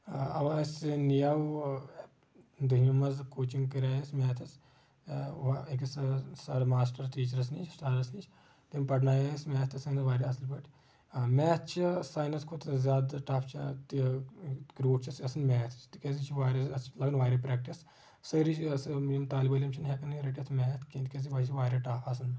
آ اوَ اسہِ نیاو دِلہِ منٛز کوچنٛگ کرے اسہِ میتھس آ وَ أکِس سر ماسٹر ٹیچرس نِش سرس نِش تٔمۍ پرنایاے أسۍ میتھس انٛدر واریاہ اصٕل پٲٹھۍ میتھ چھ ساینس کھۄتہٕ زیادٕ ٹف چھِ تہِ کروٹھ چھُ آسان میتھ تِکیاز یہِ چھُ واریاہ اتھ چھِ لگان واریاہ پریٚکٹِس سٲری چھِ یِم طالبہِ علم چھِنہٕ ہیٚکان یہِ رٔٹتھ میتھ کہینۍ تِکیازِ یہِ چھُ واریاہ ٹف آسان